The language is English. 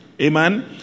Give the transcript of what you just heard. amen